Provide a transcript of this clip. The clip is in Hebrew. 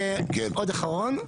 דבר אחרון,